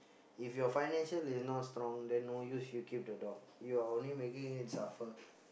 if your financial is not strong then no use you keep the dog you are only making it suffer